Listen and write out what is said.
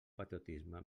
patriotisme